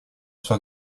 sua